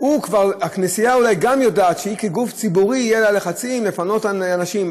הכנסייה אולי גם יודעת שכגוף ציבורי יהיו עליה לחצים לפנות אנשים.